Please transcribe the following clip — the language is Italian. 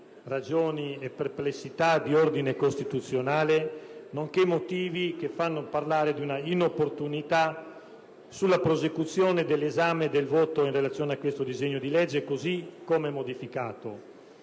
ragioni e perplessità di ordine costituzionale, nonché motivi che fanno parlare di inopportunità in merito alla prosecuzione dell'esame e al voto di questo disegno di legge, così come modificato.